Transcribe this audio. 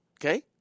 Okay